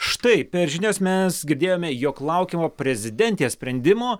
štai per žinias mes girdėjome jog laukiama prezidentės sprendimo